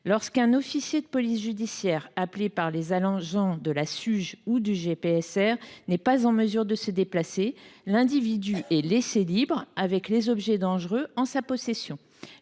Lorsqu’un officier de police judiciaire, appelé par les agents de la Suge ou du GPSR, n’est pas en mesure de se déplacer, l’individu est laissé libre avec les objets dangereux en sa possession.